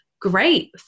great